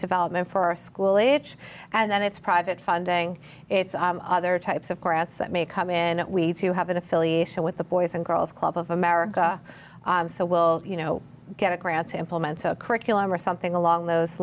development for school age and then it's private funding it's other types of koretz that may come in we need to have an affiliation with the boys and girls club of america so we'll you know get a grant to implement a curriculum or something along those